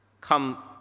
come